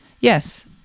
Yes